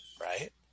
Right